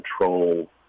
control